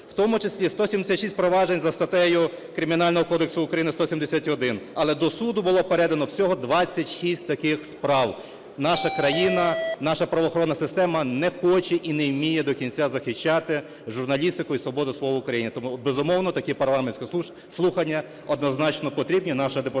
в тому числі 176 проваджень за статтею Кримінального кодексу України, 171. Але до суду було передано всього 26 таких справ. Наша країна… наша правоохоронна система не хоче і не вміє до кінця захищати журналістику і свободу слова в Україні. Тому, безумовно, такі парламентські слухання однозначно потрібні, наша депутатська